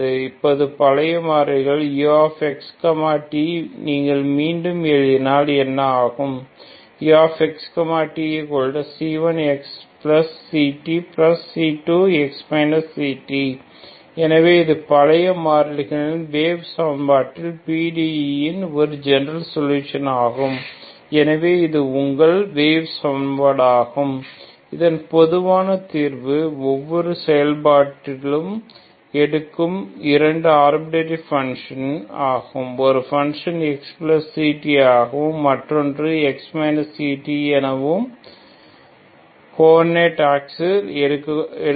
இப்போது பழைய மாறிகள் uxt நீங்கள் மீண்டும் எழுதினால் என்ன ஆகும் c1 uxtc1xctc2 எனவே இது பழைய மாறிகளில் வேவ் சமன்பாட்டின் PDE இன் ஒரு ஜெனரல் சொலுஷன் ஆகும் எனவே இது உங்கள் வேவ் சமன்பாடாகும் இதன் பொதுவான தீர்வு ஒவ்வொரு செயல்பாடும் எடுக்கும் இரண்டு ஆர்பிட் ட்டரி பன்ஷநன் ஆகும் ஒரு பன்ஷன் xct ஆகவும் மற்றொரு பன்ஷன் x ct என கோ ஆர்டினேட் ஆக்சிஸ் ஆக எடுக்கும்